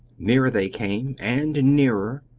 nearer they came, and nearer,